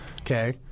okay